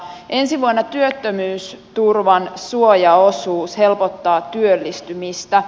ensi vuonna työttömyysturvan suojaosuus helpottaa työllistymistä